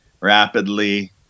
rapidly